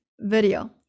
video